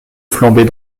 flambait